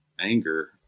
anger